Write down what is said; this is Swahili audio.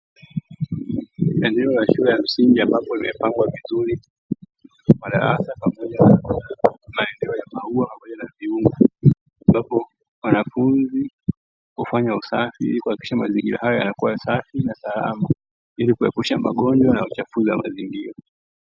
Eneo la shule ya msingi ambapo limepambwa vizuri. Madarasa pamoja na maeneo ya maua pamoja na viunga, ambapo wanafunzi hufanya usafi ili kuhakikisha mazingira hayo yanakua safi na salama ili kuepusha magonjwa na uchafuzi wa mazingira.